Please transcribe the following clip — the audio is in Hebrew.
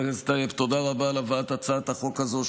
תודה רבה על הבאת הצעת החוק הזאת,